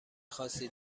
خاصی